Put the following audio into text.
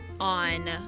on